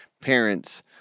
Parents